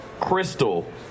crystal